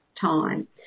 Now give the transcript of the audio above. time